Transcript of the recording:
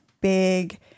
big